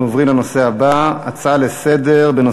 אנחנו עוברים לנושא הבא: הצעה לסדר-היום